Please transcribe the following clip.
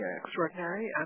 extraordinary